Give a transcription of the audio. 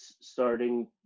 starting